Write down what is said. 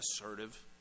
assertive